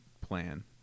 plan